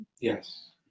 Yes